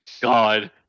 God